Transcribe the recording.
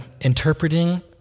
interpreting